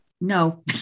No